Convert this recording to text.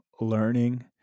learning